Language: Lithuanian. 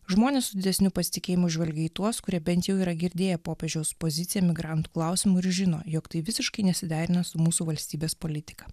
žmonės su didesniu pasitikėjimu žvelgia į tuos kurie bent jau yra girdėję popiežiaus poziciją migrantų klausimu ir žino jog tai visiškai nesiderina su mūsų valstybės politika